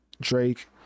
Drake